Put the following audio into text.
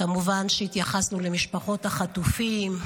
כמובן שהתייחסנו למשפחות החטופים.